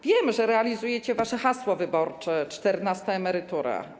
Wiem, że realizujecie wasze hasło wyborcze: czternasta emerytura.